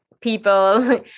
people